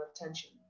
attention